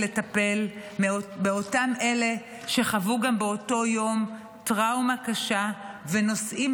ולטפל באותם אלה שחוו גם באותו יום טראומה קשה ונושאים